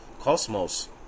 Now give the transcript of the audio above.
cosmos